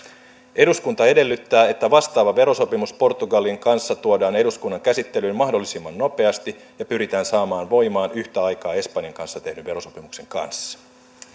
eduskunta edellyttää että vastaava verosopimus portugalin kanssa tuodaan eduskunnan käsittelyyn mahdollisimman nopeasti ja pyritään saamaan voimaan yhtä aikaa espanjan kanssa tehdyn verosopimuksen kanssa